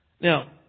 Now